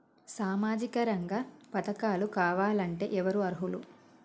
సామాజిక రంగ పథకాలు కావాలంటే ఎవరు అర్హులు?